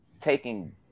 taking